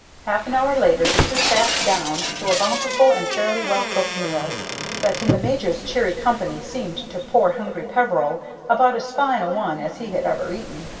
half an hour later the two sat down to a bountiful and fairly well-cooked meal that in the major's cheery company seemed to poor, hungry peveril about as fine a one as he had ever eaten.